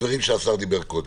הדברים שהשר דיבר עליהם קודם,